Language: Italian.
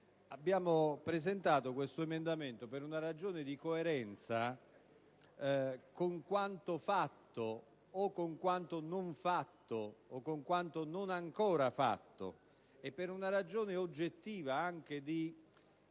abbiamo presentato l'emendamento 1.34 per una ragione di coerenza con quanto fatto, o con quanto non fatto, o con quanto non ancora fatto, e per una ragione oggettiva anche di